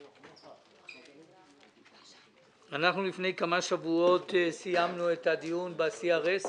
התשע"ז- 2017. לפני כמה שבועות סיימנו את הדיון ב-CRS